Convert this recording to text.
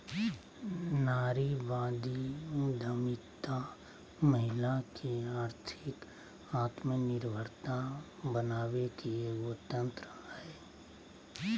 नारीवादी उद्यमितामहिला के आर्थिक आत्मनिर्भरता बनाबे के एगो तंत्र हइ